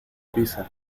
pisa